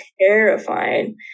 terrifying